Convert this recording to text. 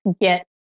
get